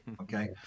Okay